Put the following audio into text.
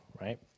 right